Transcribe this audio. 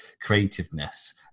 creativeness